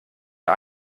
der